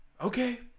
Okay